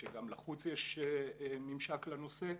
כשגם לחוץ יש ממשק לנושא.